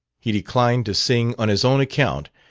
he declined to sing on his own account,